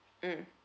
mm